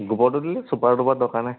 গোবৰটো দিলে চুপাৰ টুবাৰ দৰকাৰ নায়